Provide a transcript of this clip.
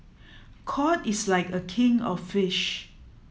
cod is like a king of fish